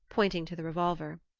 pointing to the revolver.